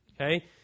Okay